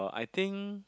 I think